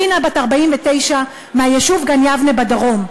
רינה, בת 49, מהיישוב גן-יבנה בדרום: